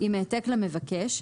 עם העתק למבקש,